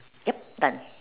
yup done